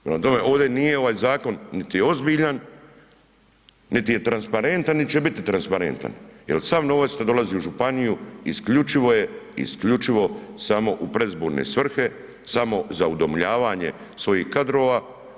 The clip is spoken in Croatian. Ovde nije ovaj zakon niti ozbiljan, niti je transparentan, niti će biti transparentan, jer sav novac što dolazi u županiju isključivo je, isključivo samo u predizborne svrhe, samo za udomljavanje svojih kadrova.